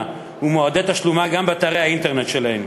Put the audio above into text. ומועדי תשלומה גם באתרי האינטרנט שלהן.